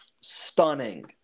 stunning